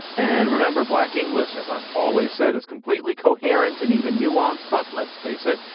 and remember, black english, as i've always said, is completely coherent and even nuance. but let's face it,